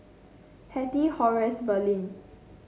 Hettie Horace Verlin